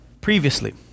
previously